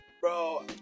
Bro